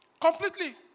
Completely